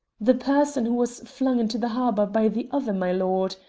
the person who was flung into the harbour by the other milord.